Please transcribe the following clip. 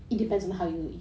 mm mm